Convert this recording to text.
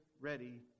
ready